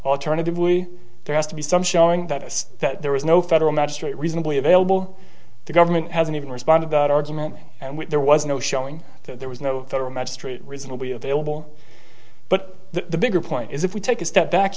alternatively there has to be some showing that is that there is no federal magistrate reasonably available the government hasn't even responded that argument and there was no showing that there was no federal magistrate reasonably available but the bigger point is if we take a step back